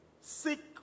seek